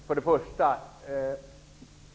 Herr talman!